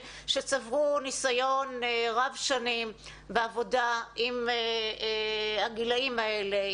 שצברו ניסיון רב שנים בעבודה עם הגילאים האלה,